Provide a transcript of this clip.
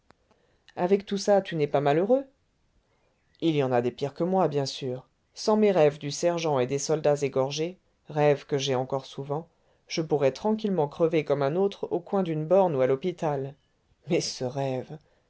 avec tout ça tu n'es pas malheureux il y en a des pires que moi bien sûr sans mes rêves du sergent et des soldats égorgés rêves que j'ai encore souvent je pourrais tranquillement crever comme un autre au coin d'une borne ou à l'hôpital mais ce rêve